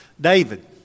David